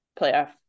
playoff